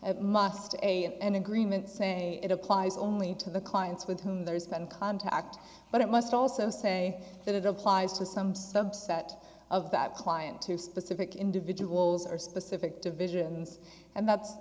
a an agreement say it applies only to the clients with whom there's been contact but it must also say that it applies to some subset of that client to specific individuals or specific divisions and that's